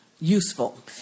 useful